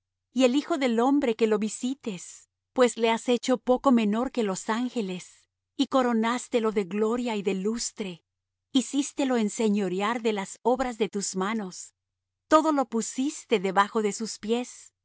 y el hijo del hombre que lo visites pues le has hecho poco menor que los ángeles y coronástelo de gloria y de lustre hicístelo enseñorear de las obras de tus manos todo lo pusiste debajo de sus pies